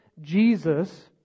Jesus